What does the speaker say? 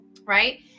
Right